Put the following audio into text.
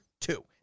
two